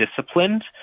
disciplined